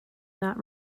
not